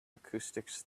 acoustics